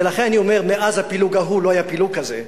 ולכן אני אומר, מאז הפילוג ההוא לא היה פילוג כזה.